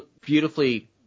beautifully